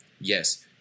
Yes